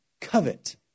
covet